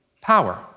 power